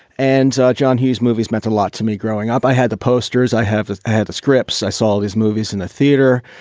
and john hughes movies meant a lot to me growing up. i had the posters. i have had the scripts. i saw his movies in the theater.